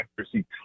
accuracy